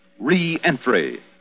Re-Entry